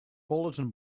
bulletin